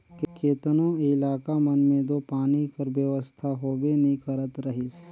केतनो इलाका मन मे दो पानी कर बेवस्था होबे नी करत रहिस